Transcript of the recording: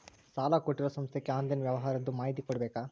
ಸಾಲಾ ಕೊಟ್ಟಿರೋ ಸಂಸ್ಥಾಕ್ಕೆ ಆನ್ಲೈನ್ ವ್ಯವಹಾರದ್ದು ಮಾಹಿತಿ ಕೊಡಬೇಕಾ?